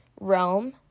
realm